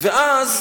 ואז